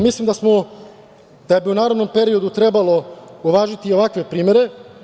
Mislim da bismo u narednom periodu trebalo uvažiti i ovakve primere.